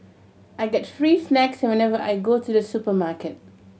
I get free snacks whenever I go to the supermarket